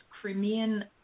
Crimean